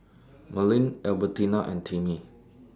Merlene Albertina and Timmy